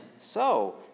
So